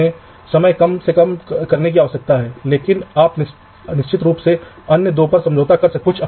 इसलिए मैं इस मानक सेल की कुछ पंक्तियों को एक विशिष्ट डिजाइन में दिखा रहा हूं